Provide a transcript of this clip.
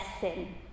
sin